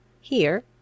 Here